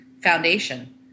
foundation